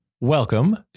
welcome